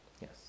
Yes